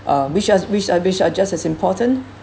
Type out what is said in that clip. um which are which are which are just as important